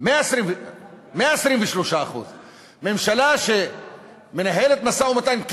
123. 123%. ממשלה שמנהלת משא-ומתן,